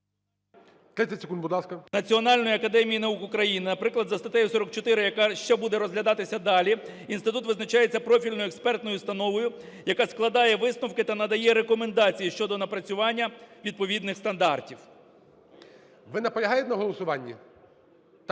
30 секунд, будь ласка. КНЯЖИЦЬКИЙ М.Л. …Національної академії наук України, наприклад, за статтею 44, що буде розглядатися далі, інститут визначається профільною експертною установою, яка складає висновки та надає рекомендації щодо напрацювання відповідних стандартів. Веде засідання